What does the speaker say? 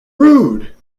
rude